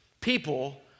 people